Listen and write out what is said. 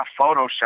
Photoshop